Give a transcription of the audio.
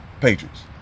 Patriots